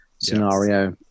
scenario